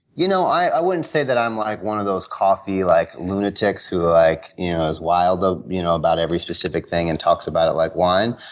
you know i wouldn't say that i'm like one of those coffee like lunatics who like yeah are wild ah you know about every specific thing and talk about it like wine,